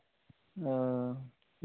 ᱚ